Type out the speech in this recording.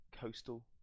coastal